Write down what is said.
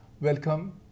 Welcome